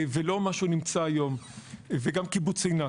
כנראה שזה היה יישוב קטן ולא מה שהיום וגם קיבוץ עינת.